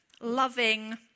loving